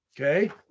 Okay